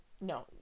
no